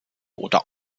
oder